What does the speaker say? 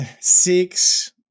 six